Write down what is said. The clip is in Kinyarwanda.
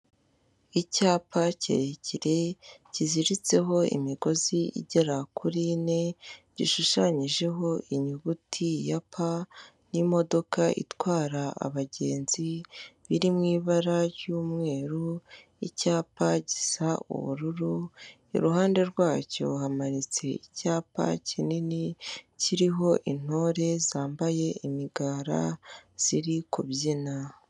Icyapa kirekire kiziritseho imigozi igera kuri ine, gishushanyijeho inyuguti ya pa, n'imodoka itwara abagenzi biri mu'i ibara ry'umweru, icyapa gisa ubururu iruhande rwacyo hamanitse icyapa kinini kiriho intore zambaye imigara ziri kubyina.